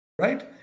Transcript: Right